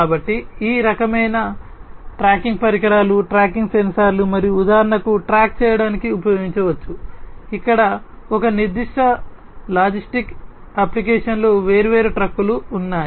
కాబట్టి ఈ రకమైన ట్రాకింగ్ పరికరాలు ట్రాకింగ్ సెన్సార్లు మరియు ఉదాహరణకు ట్రాక్ చేయడానికి ఉపయోగించవచ్చు ఇక్కడ ఒక నిర్దిష్ట లాజిస్టిక్ అప్లికేషన్లో వేర్వేరు ట్రక్కులు ఉన్నాయి